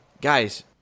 Guys